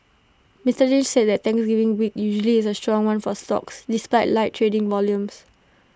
Mister Lynch said the Thanksgiving week usually is A strong one for stocks despite light trading volumes